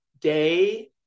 day